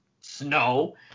snow